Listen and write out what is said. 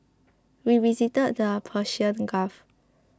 we visited the Persian Gulf